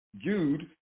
Jude